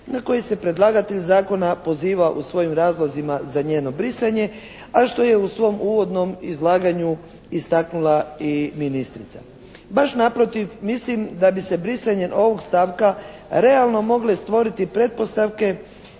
na koji se predlagatelj zakona poziva u svojim razlozima za njeno brisanje a što je u svom uvodnom izlaganju istaknula i ministrica. Baš naprotiv mislim da bi se brisanjem ovog stavka realno mogle stvoriti pretpostavke